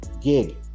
gig